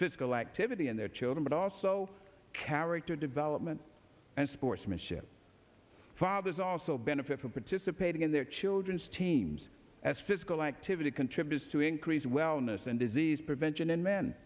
physical activity in their children but also character development and sportsmanship fathers also benefit from participating in their children's teams as physical activity contributes to increase in wellness and disease prevention in men